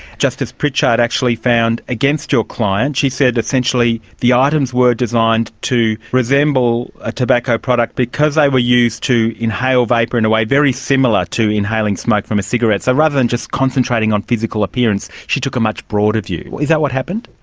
justice prichard actually found against your client. she said essentially the items were designed to resemble a tobacco product because they were used to inhale vapour in a way very similar to inhaling smoke from a cigarette. so rather than just concentrating on physical appearance she took a much broader view. is that what happened?